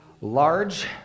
Large